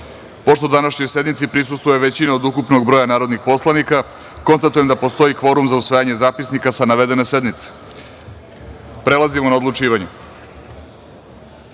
današnjoj sednici prisustvuje većina od ukupnog broja narodnih poslanika, konstatujem da postoji kvorum za usvajanje zapisnika sa navedene sednice. Prelazimo na odlučivanje. Stavljam